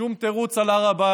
שום תירוץ של הר הבית,